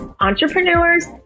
entrepreneurs